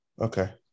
Okay